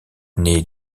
née